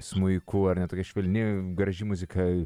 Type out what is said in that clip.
smuiku ar ne tokia švelni graži muzika